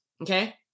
Okay